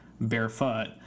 barefoot